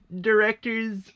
directors